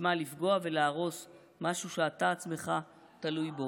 משמע לפגוע ולהרוס משהו שאתה עצמך תלוי בו.